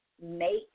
make